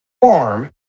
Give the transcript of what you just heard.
farm